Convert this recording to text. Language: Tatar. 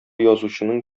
язучының